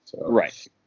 Right